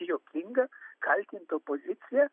juokinga kaltint opoziciją